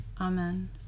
Amen